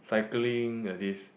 cycling like this